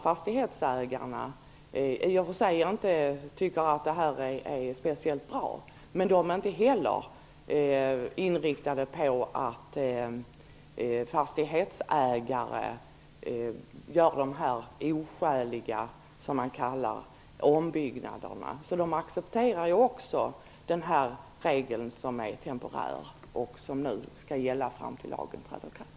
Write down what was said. Fastighetsägarna tycker i och för sig inte att det här är speciellt bra, men de är inte heller inriktade på att fastighetsägare skall göra dessa oskäliga ombyggnader. De accepterar alltså också den här regeln, som är temporär och som nu skall gälla fram till dess att lagen träder i kraft.